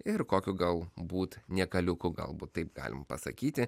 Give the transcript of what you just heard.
ir kokiu gal būti niekaliukų galbūt taip galim pasakyti